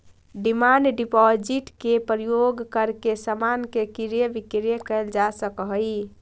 demand deposit के प्रयोग करके समान के क्रय विक्रय कैल जा सकऽ हई